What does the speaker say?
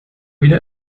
wieder